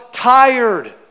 tired